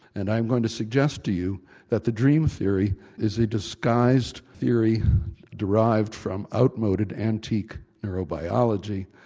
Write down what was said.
and i'm going to suggest to you that the dream theory is a disguised theory derived from outmoded, antique neurobiology,